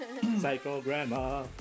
Psycho-Grandma